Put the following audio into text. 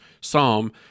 psalm